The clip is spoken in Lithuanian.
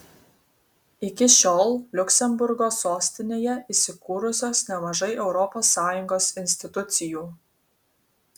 iki šiol liuksemburgo sostinėje įsikūrusios nemažai europos sąjungos institucijų